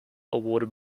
awarded